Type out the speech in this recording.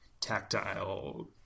tactile